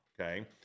okay